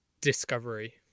discovery